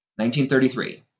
1933